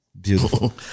beautiful